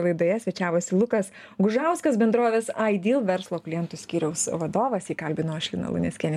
laidoje svečiavosi lukas gužauskas bendrovės aidyl verslo klientų skyriaus vadovas jį kalbinau aš lina luneckienė